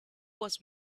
was